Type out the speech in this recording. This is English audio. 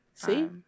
See